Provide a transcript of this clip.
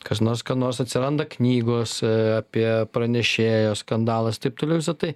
kas nors kam nors atsiranda knygose apie pranešėją skandalas taip toliau visa tai